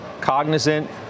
Cognizant